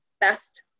best